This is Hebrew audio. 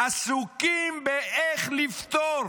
ועסוקים באיך לפטור